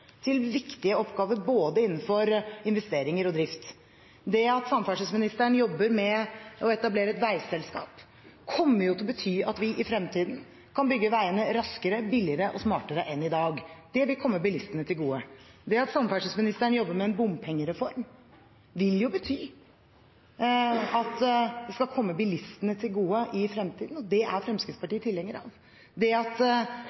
til viktige oppgaver innenfor både investeringer og drift. Det at samferdselsministeren jobber med å etablere et veiselskap, kommer til å bety at vi i fremtiden kan bygge veiene raskere, billigere og smartere enn i dag. Det vil komme bilistene til gode. At samferdselsministeren jobber med en bompengereform, vil bety at det skal komme bilistene til gode i fremtiden, og det er